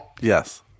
Yes